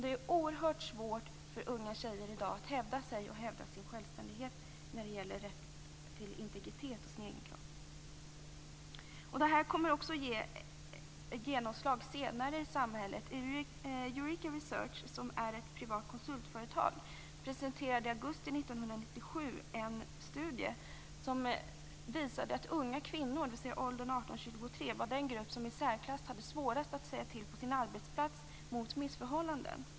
Det är oerhört svårt för unga tjejer i dag att hävda sig och sin självständighet när det gäller rätten till integritet och sin egen kropp. Det här kommer att ge genomslag senare i samhället. Ett privat konsultföretag presenterade i augusti 18-23 var den grupp som i särklass hade svårast att säga till på sin arbetsplats mot missförhållanden.